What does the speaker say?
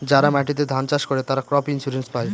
যারা মাটিতে ধান চাষ করে, তারা ক্রপ ইন্সুরেন্স পায়